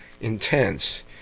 intense